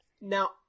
now